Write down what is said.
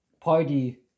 party